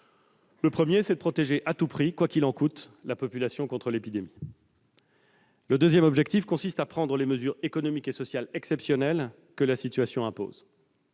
Le premier, c'est de protéger à tout prix, quoi qu'il en coûte, la population contre l'épidémie. Le deuxième objectif consiste à prendre les mesures économiques et sociales exceptionnelles que la situation impose.